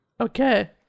Okay